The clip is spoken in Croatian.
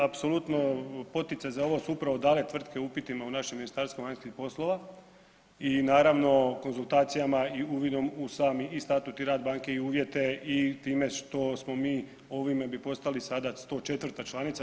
Apsolutno poticaj za ovo su upravo dale tvrtke upitima u naše Ministarstvo vanjskih poslova i naravno konzultacijama i uvidom u sami statut i rad banke i uvjete i time što smo mi ovime bi postali sada 104 članica.